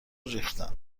ریختن